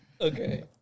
Okay